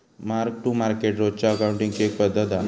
mark to market रोजच्या अकाउंटींगची एक पद्धत हा